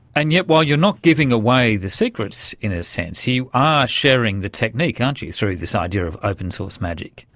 and yet, while you are not giving away the secrets, in a sense, you are sharing the technique, aren't you, through this idea of open-source magic.